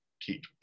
keep